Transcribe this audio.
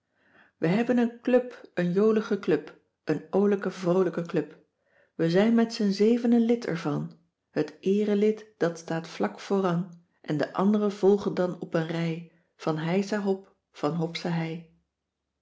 wij hebben een club een jolige club een oolijke vroolijke club we zijn met z'n zevenen lid ervan het eerelid dat staat vlak vooran en de anderen volgen dan op een rij van heisa hop van hopsa